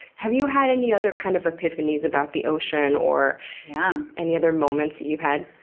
have you had any other kind of epiphanies about the ocean or yeah any other moments you've had?